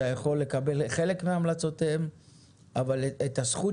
אתה יכול לקבל חלק מהלצותיהם אבל את הזכות